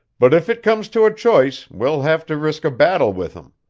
but if it comes to a choice, we'll have to risk a battle with him.